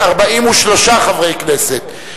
43 חברי כנסת.